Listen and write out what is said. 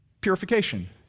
Purification